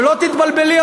שלא תתבלבלי,